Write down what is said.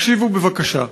הקשיבו, בבקשה.